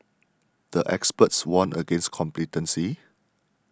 the experts warned against complacency